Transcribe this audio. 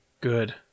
Good